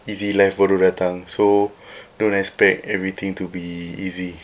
easy life baru datang so don't expect everything to be easy